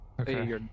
Okay